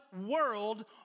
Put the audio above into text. world